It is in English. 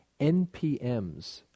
NPMs